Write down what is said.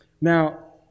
Now